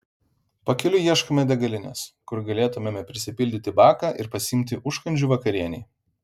pakeliui ieškome degalinės kur galėtumėme prisipildyti baką ir pasiimti užkandžių vakarienei